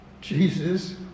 Jesus